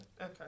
Okay